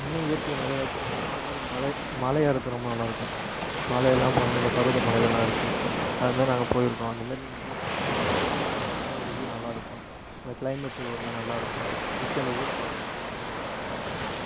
இன்னும் இயற்கையை நிறையா ரசிக்கணுனா இந்தமாதிரி மலை மலை ஏறுறது ரொம்ப நல்லா இருக்கும் மலையெல்லாம் போனிங்கன்னா இந்த பருவதமலை இதெல்லாம் இருக்கு அதுமாதிரி நாங்கள் போயிருக்கோம் அந்தமாரி நீங்கள் போய் பார்த்தீங்கனா அந்த மலைலேருந்து பார்க்கும் போது ஒரு வியூவ் நல்லா இருக்கும் அந்த க்ளைமேட்டு ஒருமாதிரி நல்லா இருக்கும் சுற்றி அந்த ஊறே பார்க்குறதுக்கு ரொம்ப நல்லா சூப்பராக இருக்கும்